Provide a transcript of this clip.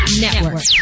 Network